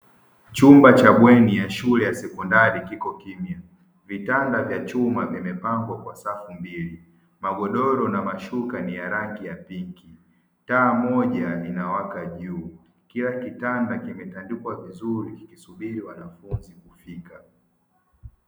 Chumba cha bweni ya shule ya sekondari kiko kimya, vitanda vya chuma vimepangwa kwa safu mbili, magodoro na mashuka ni ya rangi pinki, taa mmoja inawaka juu, kila kitanda kimetandikwa vizuri kikisubiri wanafunzi kufika.